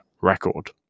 record